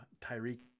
Tyreek